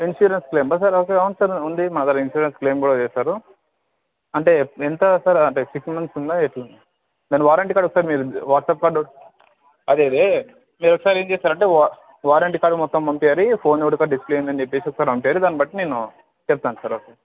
insurance క్లెయిమా sir అవును sir ఉంది మా దగ్గర ఇన్సూరెన్స్ క్లెయిమ్ కూడా చేస్తారు అంటే ఎంత సార్ అంటే సిక్స్ మంత్స్ ఉందా ఎట్ల దాని వారంటీ కార్డు ఒకసారి మీరు వాట్స్అప్ కార్డు అది మీరు ఒకసారి ఏమి చేస్తారంటే వారంటీ కార్డు మొత్తం పంపించండి ఫోన్ ఒకటి డిస్ప్లే ఏందని చెప్పి ఒకసారి పంపించండి దాని బట్టి నేను చెప్తాను సార్ ఓకే